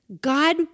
God